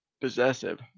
possessive